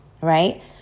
right